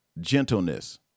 gentleness